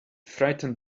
frightened